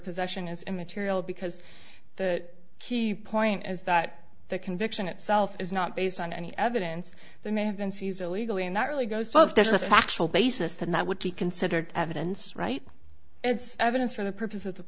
possession is immaterial because the key point is that the conviction itself is not based on any evidence that may have been seize illegally and that really goes so if there's a factual basis then that would be considered evidence right it's evidence for the purpose of the